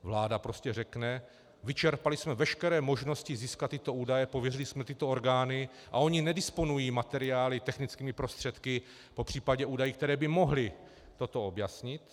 Vláda prostě řekne: vyčerpali jsme veškeré možnosti získat tyto údaje, pověřili jsme tyto orgány a ony nedisponují materiály, technickými prostředky, popřípadě údaji, které by mohly toto objasnit.